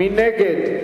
מי נגד?